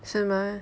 是吗